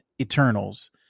Eternals